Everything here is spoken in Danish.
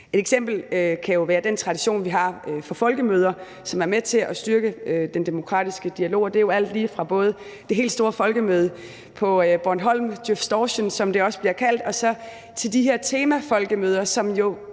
Et eksempel kan jo være den tradition, vi har, for folkemøder, som er med til at styrke den demokratiske dialog, og det er alt lige fra det helt store folkemøde på Bornholm, Djøfstortion, som det også bliver kaldt, til de her temafolkemøder, som jo